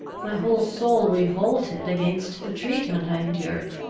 my whole soul revolted against the treatment i endured,